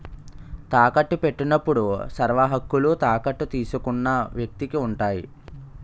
తాకట్టు పెట్టినప్పుడు సర్వహక్కులు తాకట్టు తీసుకున్న వ్యక్తికి ఉంటాయి